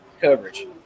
coverage